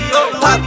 Pop